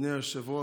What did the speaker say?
אדוני היושב-ראש,